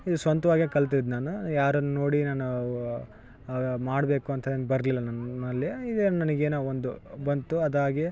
ಇದು ಸ್ವಂತ್ವಾಗೇ ಕಲ್ತಿದ್ದು ನಾನು ಯಾರನ್ನು ನೋಡಿ ನಾನು ಮಾಡಬೇಕು ಅಂತ ನಂಗೆ ಬರಲಿಲ್ಲ ನನ್ನಲ್ಲಿ ಇದೇನು ನನಗೇ ಒಂದು ಬಂತು ಅದಾಗಿ